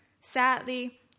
Sadly